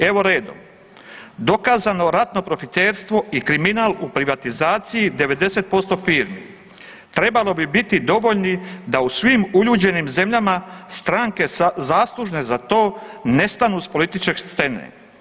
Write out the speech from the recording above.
Evo redom dokazano ratno profiterstvo i kriminal u privatizaciji 90% firmi trebalo bi biti dovoljni da u svim uljuđenim zemljama strane zasluže za to nestanu s političke scene.